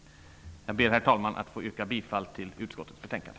Herr talman! Jag ber att få yrka bifall till utskottets betänkande.